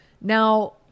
Now